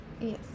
Yes